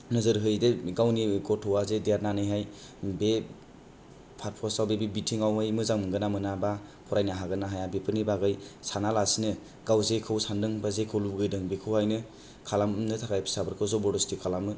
नोजोर हैदे गावनि गथ'आ जे देरनानैहाय बे फारफसाव बे बिथिंङावहाय मोजां मोनगोना मोना बा फरायनो हागोना हाया बेफोरनि बागै सानालासिनो गाव जेखौ सानदों बा जेखौ लुगैदों बेखौहायनो खालामनो थाखाय फिसाफोरखौ जबर दसति खालामो